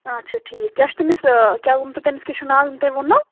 اَچھا ٹھیٖک کیٛاہ چھُ تٔمِس کیٛاہ ووٚنوٕ تُہۍ تٔمِس کیٛاہ چھُ ناو ییٚمۍ تُہۍ ووٚننو